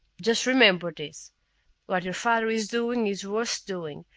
just remember this what your father is doing is worth doing,